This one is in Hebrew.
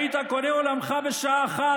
היית קונה עולמך בשעה אחת.